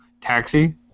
Taxi